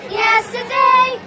yesterday